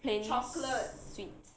plain sweet